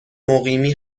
مقیمی